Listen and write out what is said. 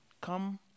Come